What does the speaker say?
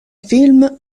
film